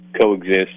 coexist